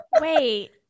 wait